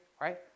right